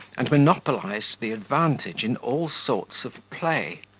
and monopolized the advantage in all sorts of play.